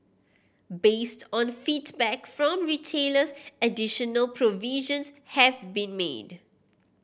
based on feedback from retailers additional provisions have been made